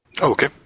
Okay